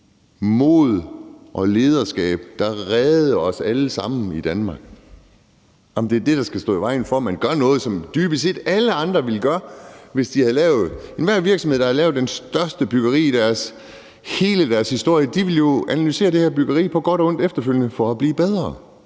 mod og lederskab, der reddede os alle sammen i Danmark? Er det det, der skal stå i vejen for, at man gør noget, som dybest set alle andre vil gøre? Enhver virksomhed, der har lavet det største byggeri i hele deres historie, vil jo efterfølgende analysere det her byggeri på godt og ondt for at blive bedre.